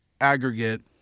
aggregate